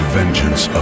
vengeance